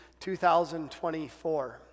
2024